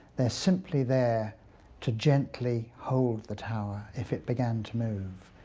they're simply there to gently hold the tower if it began to move.